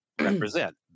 represent